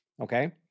okay